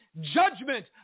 judgment